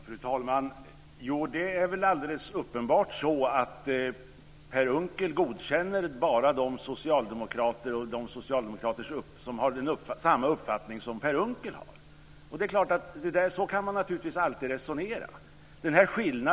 Fru talman! Det är väl alldeles uppenbart så att Per Unckel bara godkänner de socialdemokrater som har samma uppfattning som Per Unckel, och så kan man naturligtvis alltid resonera.